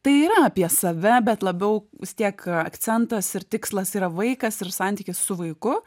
tai yra apie save bet labiau vis tiek akcentas ir tikslas yra vaikas ir santykis su vaiku